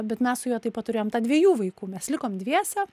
bet mes su juo taip pat turėjom tą dviejų vaikų mes likom dviese